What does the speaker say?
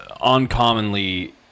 uncommonly